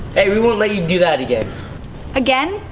hey, we won't let you do that again. again?